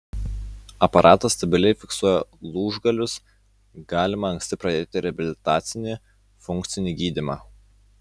aparatas stabiliai fiksuoja lūžgalius galima anksti pradėti reabilitacinį funkcinį gydymą